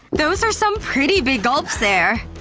those are some pretty big gulps there,